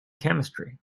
chemistry